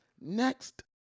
Next